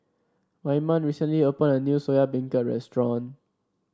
Wyman recently opened a new Soya Beancurd Restaurant